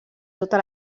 tota